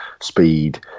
speed